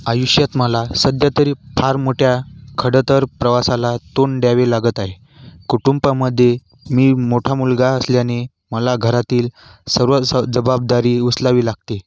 आयुष्यात मला सध्या तरी फार मोठ्या खडतर प्रवासाला तोंड द्यावे लागत आहे कुटुंबामध्ये मी मोठा मुलगा असल्याने मला घरातील सर्व स जबाबदारी उचलावी लागते